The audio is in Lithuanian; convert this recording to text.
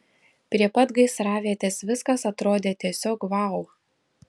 prie pat gaisravietės viskas atrodė tiesiog vau